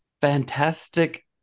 fantastic